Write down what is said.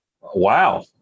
Wow